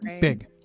big